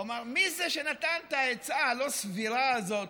הוא אמר: מי זה שנתן את העצה הלא-סבירה הזאת